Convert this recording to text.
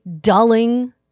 dulling